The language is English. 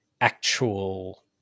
actual